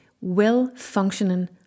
well-functioning